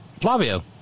Flavio